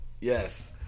Yes